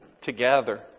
together